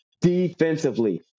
defensively